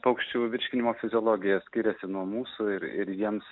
paukščių virškinimo fiziologija skiriasi nuo mūsų ir ir jiems